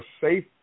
safe